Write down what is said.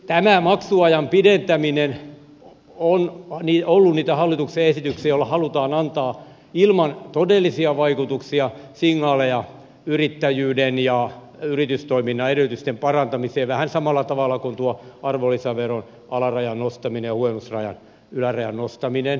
tämä maksuajan pidentäminen on ollut niitä hallituksen esityksiä joilla halutaan antaa ilman todellisia vaikutuksia signaaleja yrittäjyyden ja yritystoiminnan edellytysten parantamiseen vähän samalla tavalla kuin tuo arvonlisäveron alarajan nostaminen ja huojennusrajan ylärajan nostaminenkin ovat